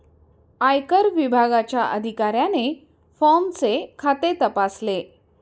आयकर विभागाच्या अधिकाऱ्याने फॉर्मचे खाते तपासले